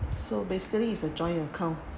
so basically is a joint account